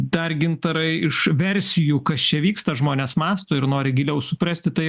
dar gintarai iš versijų kas čia vyksta žmonės mąsto ir nori giliau suprasti tai